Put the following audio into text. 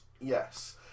Yes